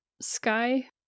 Sky